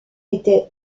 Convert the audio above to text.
était